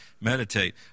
meditate